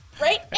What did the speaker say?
Right